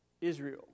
Israel